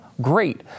Great